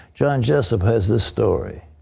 john jessup has this story.